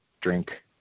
drink